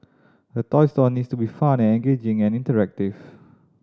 a toy store needs to be fun and engaging and interactive